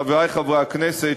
חברי חברי הכנסת,